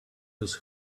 has